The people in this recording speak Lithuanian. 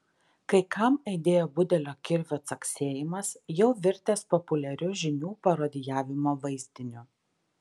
kai kam aidėjo budelio kirvio caksėjimas jau virtęs populiariu žinių parodijavimo vaizdiniu